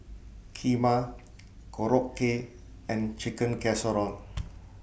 Kheema Korokke and Chicken Casserole